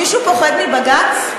מישהו פוחד מבג"ץ?